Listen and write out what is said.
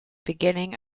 beginning